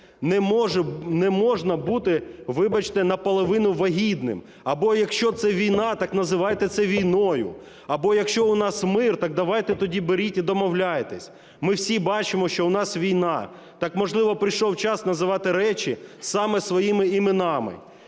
не можна бути, вибачте наполовину вагітним, або якщо це війна, так називайте це війною, або якщо у нас мир, так давайте тоді беріть і домовляйтесь. Ми всі бачимо, що у нас війна. Так, можливо, прийшов час називати речі саме своїми іменами.